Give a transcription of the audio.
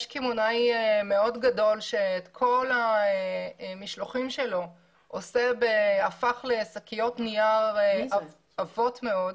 יש קמעונאי מאוד גדול שכל המשלוחים שלו הפך לשקיות נייר עבות מאוד.